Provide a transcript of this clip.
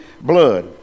blood